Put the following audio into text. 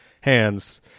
hands